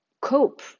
cope